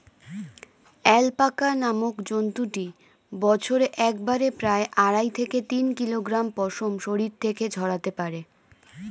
alpaca নামক জন্তুটি বছরে একবারে প্রায় আড়াই থেকে তিন কিলোগ্রাম পশম শরীর থেকে ঝরাতে পারে